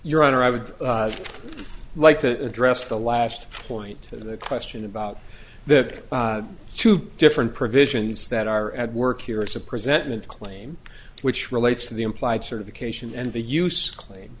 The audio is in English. your honor i would like to address the last point to the question about the two different provisions that are at work here is a presentment claim which relates to the implied certification and the use cl